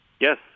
Yes